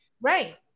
Right